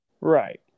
right